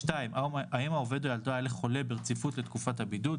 (2)האם העובד או ילדו היה לחולה ברציפות לתקופת הבידוד,